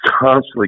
constantly